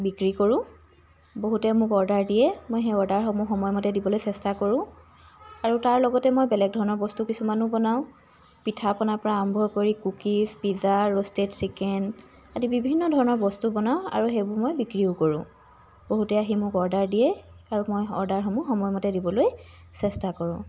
বিক্ৰী কৰোঁ বহুতে মোক অৰ্ডাৰ দিয়ে মই সেই অৰ্ডাৰসমূহ সময়মতে দিবলৈ চেষ্টা কৰোঁ আৰু তাৰ লগতে মই বেলেগ ধৰণৰ বস্তু কিছুমানো বনাওঁ পিঠা পনাৰ পৰা আৰম্ভ কৰি কুকিজ পিজা ৰ'ষ্টেড চিকেন আদি বিভিন্ন ধৰণৰ বস্তু বনাওঁ আৰু সেইবোৰ মই বিক্ৰীও কৰোঁ বহুতে আহি মোক অৰ্ডাৰ দিয়ে আৰু মই অৰ্ডাৰসমূহ সময়মতে দিবলৈ চেষ্টা কৰোঁ